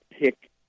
pick